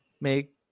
make